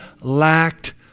lacked